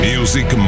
Music